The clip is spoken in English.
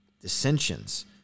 dissensions